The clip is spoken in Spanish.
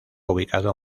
ubicado